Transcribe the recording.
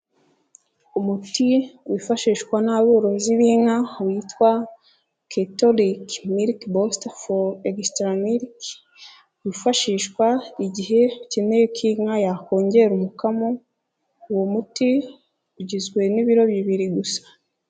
Umuti wifashishwa n'aborozi b'inka witwa ketoriki miriki bosita foru egisitara miriki, wifashishwa igihe ukeneye ko inka yakongera umukamo, uwo muti ugizwe n'ibiro bibiri gusa.